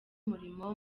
umurimo